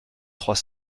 trois